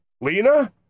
Lena